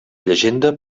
llegenda